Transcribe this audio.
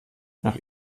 nach